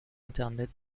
internet